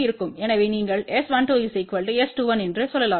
எனவே நீங்கள் S12 S21என்று சொல்லலாம்